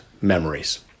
memories